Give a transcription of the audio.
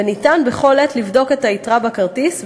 וניתן בכל עת לבדוק את היתרה בכרטיס,